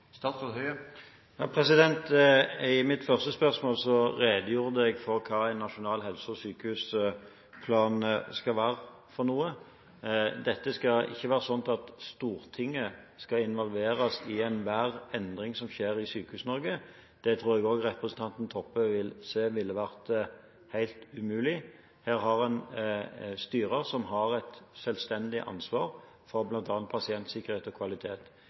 I mitt første svar redegjorde jeg for hva en nasjonal helse- og sykehusplan skal være. Dette skal ikke være sånn at Stortinget skal involveres i enhver endring som skjer i Sykehus-Norge, og det tror jeg også representanten Toppe ser ville vært helt umulig. Her har en et styre som har et selvstendig ansvar for bl.a. pasientsikkerhet og kvalitet.